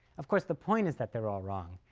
of course, the point is that they're all wrong.